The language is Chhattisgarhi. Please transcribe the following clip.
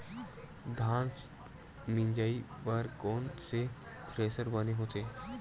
धान मिंजई बर कोन से थ्रेसर बने होथे?